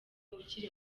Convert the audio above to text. ukiri